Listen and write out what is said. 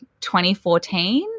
2014